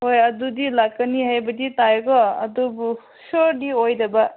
ꯍꯣꯏ ꯑꯗꯨꯗꯤ ꯂꯥꯛꯀꯅꯤ ꯍꯥꯏꯕꯗꯤ ꯇꯥꯏꯀꯣ ꯑꯗꯨꯕꯨ ꯁꯤꯌꯣꯔꯗꯤ ꯑꯣꯏꯗꯕ